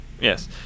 yes